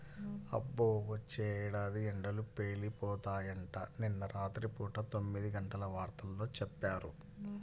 అబ్బో, వచ్చే ఏడాది ఎండలు పేలిపోతాయంట, నిన్న రాత్రి పూట తొమ్మిదిగంటల వార్తల్లో చెప్పారు